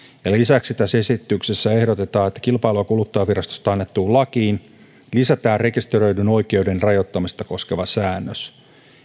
lisäksi tässä esityksessä ehdotetaan että kilpailu ja kuluttajavirastosta annettuun lakiin lisätään rekisteröidyn oikeuden rajoittamista koskeva säännös